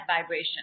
vibration